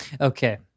Okay